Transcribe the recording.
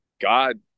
God